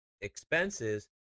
expenses